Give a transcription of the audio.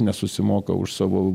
nesusimoka už savo